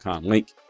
link